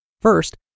first